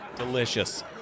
Delicious